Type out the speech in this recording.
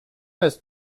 است